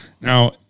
Now